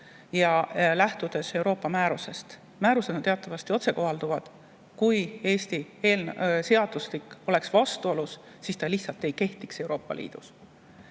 ja lähtudes Euroopa määrusest. Määrused on teatavasti otsekohalduvad. Kui Eesti seadustik oleks vastuolus, siis ta lihtsalt ei kehtiks Euroopa Liidus.